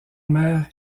mère